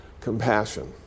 compassion